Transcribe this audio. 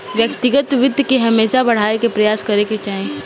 व्यक्तिगत वित्त के हमेशा बढ़ावे के प्रयास करे के चाही